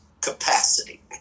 capacity